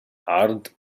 عرض